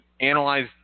analyze